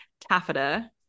taffeta